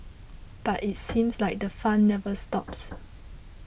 but it seems like the fun never stops